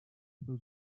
will